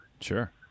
Sure